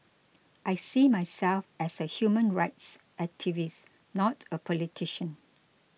I see myself as a human rights activist not a politician